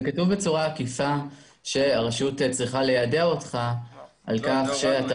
זה כתוב בצורה עקיפה שהרשות צריכה ליידע אותך על כך.